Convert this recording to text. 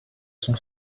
son